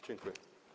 Dziękuję.